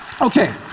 Okay